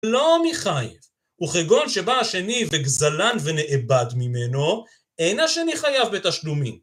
לא מיכאל, הוא חיגון שבה השני וגזלן ונאבד ממנו, אין השני חייב בתשלומים.